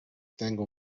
tengo